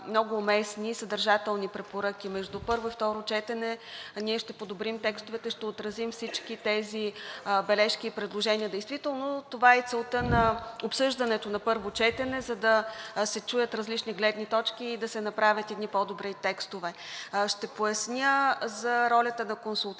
много уместни и съдържателни препоръки. Между първо и второ четене ние ще подобрим текстовете, ще отразим всички тези бележки и предложения. Действително това е и целта на обсъждането на първо четене – да се чуят различни гледни точки и да се направят едни по-добри текстове. Ще поясня за ролята на консултативния